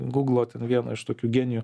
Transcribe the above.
gūglo ten vieno iš tokių genijų